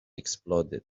exploded